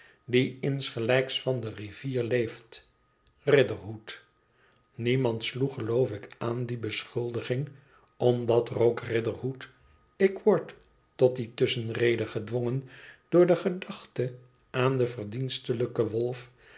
die insgelijks van de rivier leeft riderhood niemand sloeg geloof aan die beschuldiging omdat rogue riderhood ik word tot die tusschenrede gedwongen door de gedachte aan den verdienstelijken wolf